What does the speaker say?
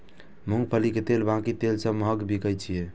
मूंगफली के तेल बाकी तेल सं महग बिकाय छै